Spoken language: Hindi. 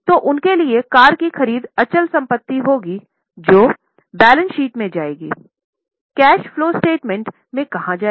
तो उनके लिए कार की ख़रीद अचल संपत्ति होगी जो बैलेंस शीट में जाएगी कैश फलो स्टेटमेंट में कहां जाएगा